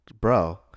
bro